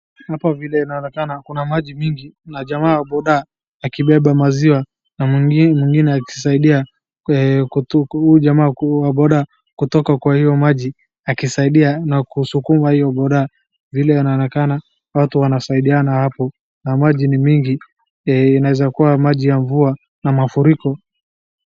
Hapa vile inaonekana kuna maji mingi na jamaa wa bodaa akibeba maziwa na mwingine akisaidia huyu jamaa wa boda kutoka kwa hiyo maji akisaidia na kusukuma hiyo boda. Vile inaonekana watu wanasaidiana hapo na maji ni mingi inaweza kuwa maji ya mvua na mafuriko.